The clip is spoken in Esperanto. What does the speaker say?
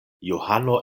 johano